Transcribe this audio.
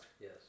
Yes